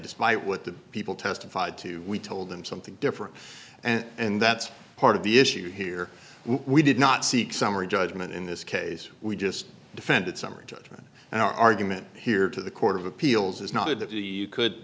despite what the people testified to we told them something different and that's part of the issue here we did not seek summary judgment in this case we just defended summary judgment and our argument here to the court of appeals is not to do you could